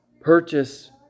purchase